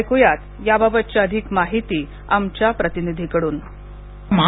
ऐकुया याबाबत अधिक माहिती आमच्या प्रतिनिधीकड्न